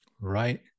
Right